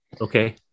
Okay